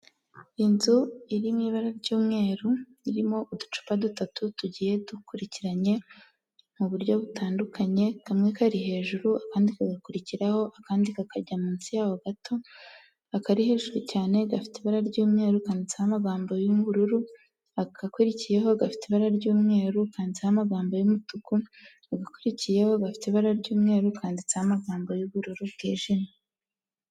Inzu iri mu ibara ry'umweru irimo uducupa dutatu tugiye dugurikiranye mu buryo butandukanye. Kamwe kari hejuru, akandi kagakurikiraho, akandi kakajya munsi yaho gato. Akari hejuru cyane gafite ibara ry'umweru kanditseho amagambo y'ubururu. Agakurikiyeho gafite ibara ry'umweru kanditseho amagambo y'umutuku. Agakurikiyeho gafite ibara ry'umweru kanditseho amagambo y'ubururu bwijimye.